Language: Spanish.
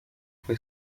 fue